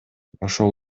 ошол